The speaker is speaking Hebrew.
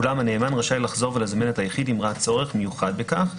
אולם הנאמן רשאי לחזור ולזמן את היחיד אם ראה צורך מיוחד בכך,